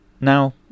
Now